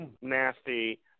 nasty